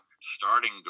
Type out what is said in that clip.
starting